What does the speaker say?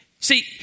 See